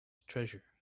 treasure